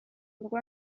urwo